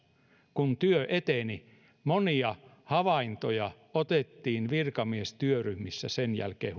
kun työ eteni monia havaintoja otettiin virkamiestyöryhmissä sen jälkeen